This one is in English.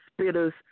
spitters